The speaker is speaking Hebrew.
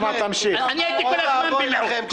--- אני הייתי כל הזמן במיעוט.